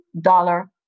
dollar